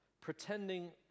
pretending